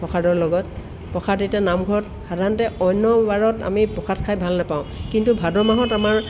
প্ৰসাদৰ লগত প্ৰসাদ এতিয়া নামঘৰত সাধাৰণতে অন্য বাৰত আমি প্ৰসাদ খাই ভাল নাপাওঁ কিন্তু ভাদ মাহত আমাৰ